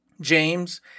james